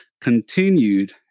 continued